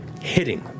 hitting